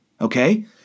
okay